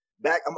Back